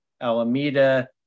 Alameda